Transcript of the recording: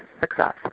success